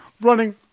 Running